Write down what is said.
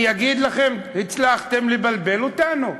אני אגיד לכם, הצלחתם לבלבל אותנו,